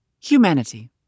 Humanity